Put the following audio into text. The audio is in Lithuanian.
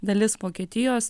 dalis vokietijos